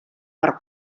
per